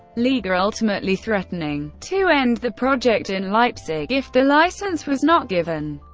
liga, ultimately threatening to end the project in leipzig if the license was not given.